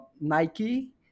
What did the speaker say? Nike